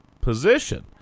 position